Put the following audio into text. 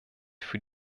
für